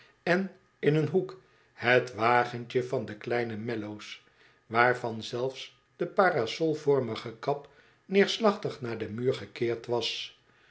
en in een hoek het wagentje van den kleinen mellows waarvan zelfs de p arasol vormige kap neerslachtig naar den muur gekeerd was